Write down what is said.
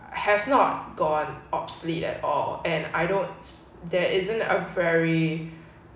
I have not gone absolutely at all and I don't there isn't a very